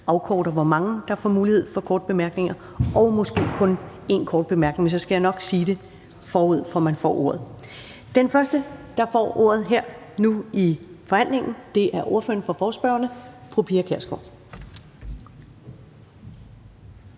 afkorter, hvor mange der får mulighed for korte bemærkninger og måske kun én kort bemærkning. Men så skal jeg nok sige det, forud for at man får ordet. Den første, der får ordet her nu i forhandlingen, er ordføreren for forespørgerne, fru Pia Kjærsgaard.